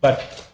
but